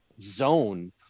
zone